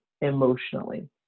emotionally